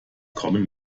kommen